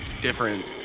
different